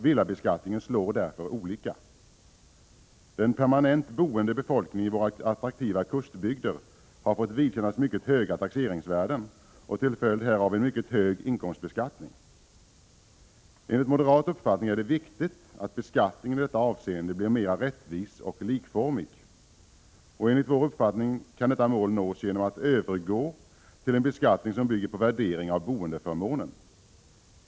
Villabeskattningen slår därför olika. Den permanent boende befolkningen i våra attraktiva kustbygder har fått vidkännas mycket höga taxeringsvärden och till följd härav en mycket hög inkomstbeskattning. Enligt moderat uppfattning är det viktigt att beskattningen i detta avseende blir mera rättvis och likformig. Enligt vår uppfattning kan detta mål nås genom övergång till en beskattning som bygger på värdering av boendeförmånen.